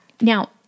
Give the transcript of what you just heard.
Now